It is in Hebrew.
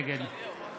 נגד